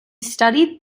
studied